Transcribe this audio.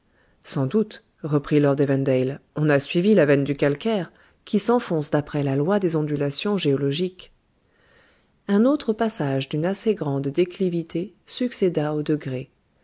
sans doute reprit lord evandale on a suivi la veine du calcaire qui s'enfonce d'après la loi des ondulations géologiques un autre passage d'une assez grande déclivité succéda aux degrés